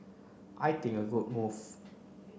I think a good move